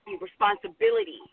responsibility